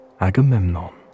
Agamemnon